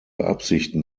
absichten